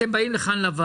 אתם באים לוועדה